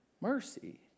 mercy